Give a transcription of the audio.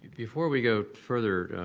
before we go further,